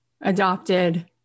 adopted